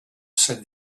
said